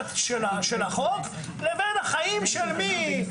בפשט של החוק, לבין החיים של 365